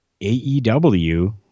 AEW